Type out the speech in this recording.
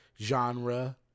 genre